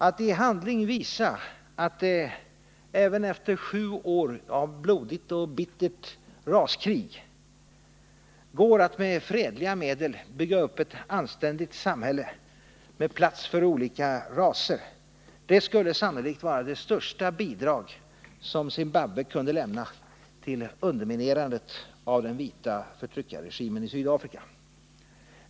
Atti handling visa att det, även efter sju år av blodigt och bittert raskrig, går att med fredliga medel bygga upp ett anständigt samhälle med plats för olika raser skulle sannolikt vara det största bidrag som Zimbabwe kunde lämna till underminerandet av den vita förtryckarregimen i Sydafrika.